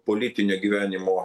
politinio gyvenimo